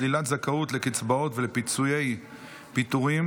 שלילת זכאות לקצבאות ולפיצויי פיטורים